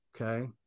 okay